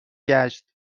گشت